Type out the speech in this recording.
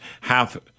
half